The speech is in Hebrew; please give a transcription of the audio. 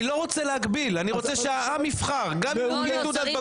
אני רוצה שהעם יבחר, גם אם אין לו תעודת בגרות.